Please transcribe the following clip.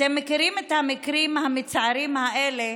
אתם מכירים את המקרים המצערים האלה,